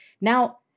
Now